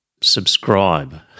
subscribe